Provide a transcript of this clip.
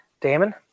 Damon